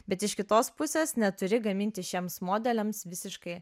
bet iš kitos pusės neturi gaminti šiems modeliams visiškai